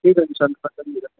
ٹھیک ہے ان شاء اللہ